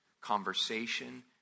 conversation